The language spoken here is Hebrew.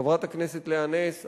חברת הכנסת לאה נס,